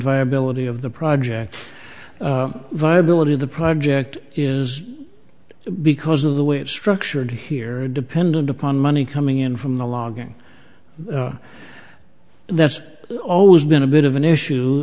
viability of the project viability of the project is because of the way it's structured here are dependent upon money coming in from the logging that's always been a bit of an issue